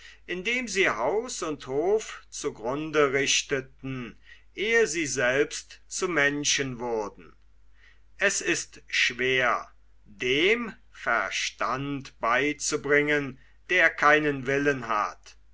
indem sie haus und hof zu grunde richteten ehe sie selbst zu menschen wurden es ist schwer dem verstand beizubringen der keinen willen hat